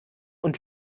und